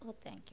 ஓ thank you